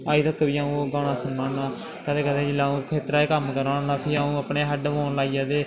अजें तक बी अ'ऊं ओह् गाना सुनना होन्ना कदें कदें जिसलै अ'ऊं खेतरें च कम्म करा ना होन्नां ते अ'ऊं अपने हैड फोन लाइयै ते